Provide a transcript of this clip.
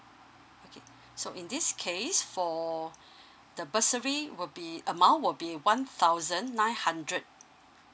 okay so in this case for the bursary will be amount will be one thousand nine hundred